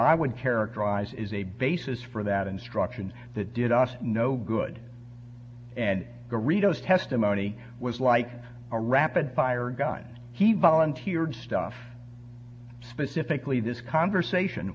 i would characterize is a basis for that instruction that did us no good and go read those testimony was like a rapid fire guide he volunteered stuff specifically this conversation